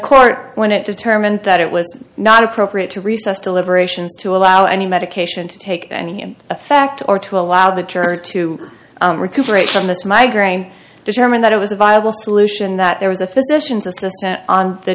court when it determined that it was not appropriate to recess deliberations to allow any medication to take any and a fact or to allow the church to recuperate from this migraine determined that it was a viable solution that there was a physician's assistant on the